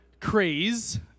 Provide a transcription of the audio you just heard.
craze